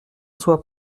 soit